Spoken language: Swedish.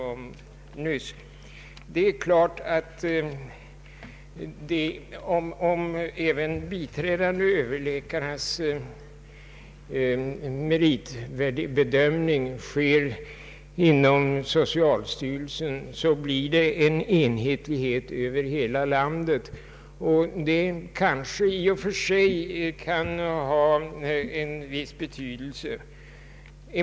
Om även meritbedömningen av de biträdande överläkarna sker inom socialstyrelsen så betyder det att vi får en enhetlig bedömning över hela landet, och det kanske kan ha en viss betydelse.